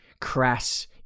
crass